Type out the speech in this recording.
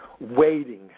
waiting